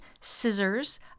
Scissors